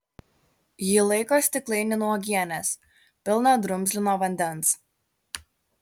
ji laiko stiklainį nuo uogienės pilną drumzlino vandens